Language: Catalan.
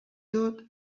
tot